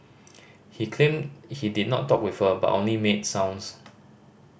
he claimed he did not talk with her but only made sounds